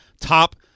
top